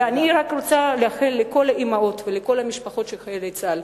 ואני רוצה לאחל לכל האמהות ולכל המשפחות של חיילי צה"ל,